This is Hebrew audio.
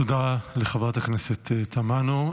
תודה לחברת הכנסת תמנו.